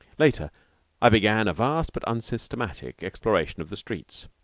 later i began a vast but unsystematic exploration of the streets.